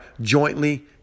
jointly